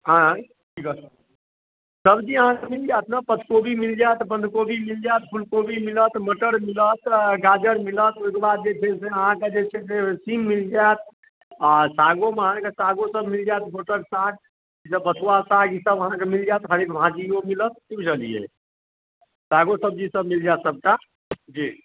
आय की कह सब्जी अहाँक मिल जायत ने पत्ताकोबी मिल जायत बन्धकोबी मिल जायत फुलकोबी मिलत मटर मिलत गाजर मिलत ओहिके बाद जे छै से अहाँक जे छै से सीम मिल जायत आ सागोमे अहाँक सागो सभ मिल जायत गोटक साग या बथुआ साग ई सभ अहाँक मिल जायत हरी भाँजियो मिलत की बुझलियै सागो सब्जी सभ मिल जायत सभटा जी